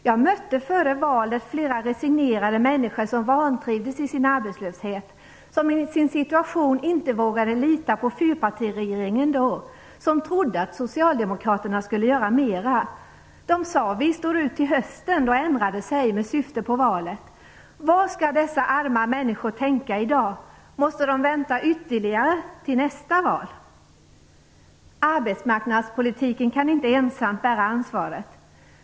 Jag mötte före valet flera resignerade människor som vantrivdes med sin arbetslöshet, som i sin situation inte vågade lita på fyrpartiregeringen och som trodde att Socialdemokraterna skulle göra mera. De här människorna sade: Vi står ut till hösten. Då ändrar det sig. Man syftade på valet. Vad skall då dessa arma människor tänka i dag? Måste de vänta till nästa val? Arbetsmarknadspolitiken kan inte ensam bära ansvaret.